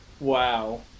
Wow